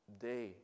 day